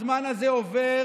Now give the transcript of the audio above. הזמן הזה עובר,